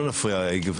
בבקשה לא להפריע.